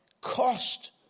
cost